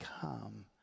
come